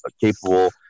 capable